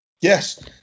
Yes